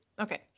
Okay